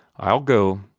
i'll go.